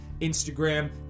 Instagram